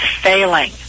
failing